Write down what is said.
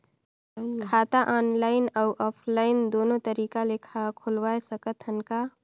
खाता ऑनलाइन अउ ऑफलाइन दुनो तरीका ले खोलवाय सकत हन का?